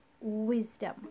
wisdom